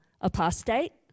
apostate